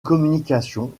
communication